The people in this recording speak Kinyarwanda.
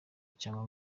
cyangwa